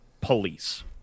police